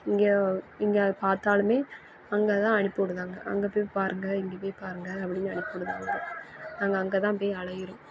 இங்கே இங்கே பார்த்தாலுமே அங்கே தான் அனுப்பிவுடுதாங்க அங்கே போய் பாருங்க இங்கே போய் பாருங்க அப்டின்னு அனுப்பிவுடுதாங்க நாங்கள் அங்கே தான் போய் அலைகிறோம்